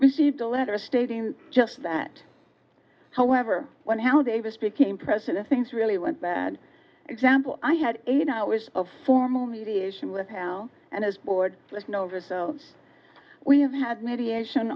received a letter stating just that however when how davis became president things really went bad example i had eight hours of formal mediation with how and his board was no over so we have had mediation